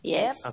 Yes